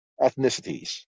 ethnicities